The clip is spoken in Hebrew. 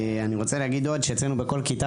אני רוצה להגיד עוד שאצלנו בכל כיתה